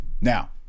Now